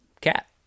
cat